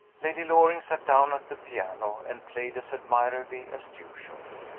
lady loring sat down at the piano, and played as admirably as usual.